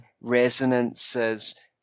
resonances